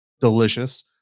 delicious